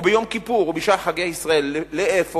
וביום כיפור, ובשאר חגי ישראל, לאן?